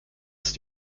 ist